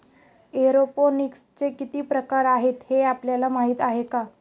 एरोपोनिक्सचे किती प्रकार आहेत, हे आपल्याला माहित आहे का?